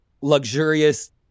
luxurious